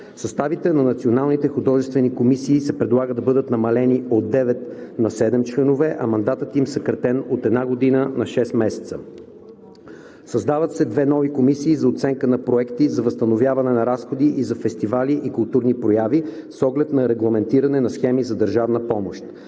комисии се предлага да бъдат намалени от 9 на 7 членове, а мандатът им съкратен от една година на 6 месеца. Създават се две нови комисии за оценка на проекти за възстановяване на разходи и за фестивали и културни прояви, с оглед на регламентиране на схеми за държавна помощ.